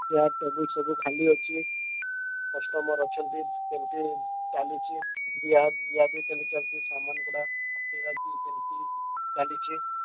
chair table ସବୁ ଖାଲି ଅଛି କଷ୍ଟମର୍ ଅଛନ୍ତି କେମିତି ଚାଲିଛି ଦିଆ ଦିଆ ଦି କେମିତି ଚାଲିଚି ସାମାନ ଗୁଡ଼ା କେମିତି ଚାଲିଛି